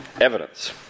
evidence